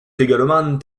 également